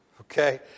okay